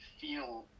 feel